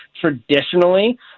Traditionally